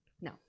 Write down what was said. No